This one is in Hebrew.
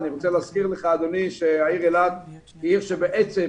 אני רוצה להזכיר לך אדוני שהעיר אילת היא עיר שבעצם,